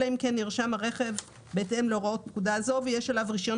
אלא אם כן נרשם הרכב בהתאם להוראות פקודה זו ויש עליו רישיון